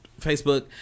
Facebook